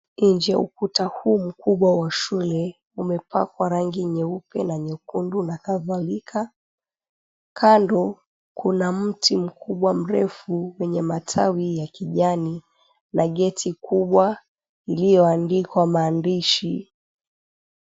Nje ya ukuta mkubwa huu wa shule kimepakwa rangi nyeupe na nyekundu na kadhalika kando kuna mti mkubwa mrefu wenye matawi ya kijani na geti kubwa iliyoandikwa maandishi...